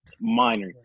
minor